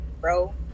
bro